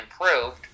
improved